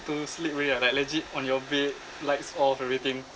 to sleep already ah like legit on your bed lights off everything